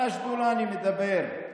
על השדולה אני מדבר.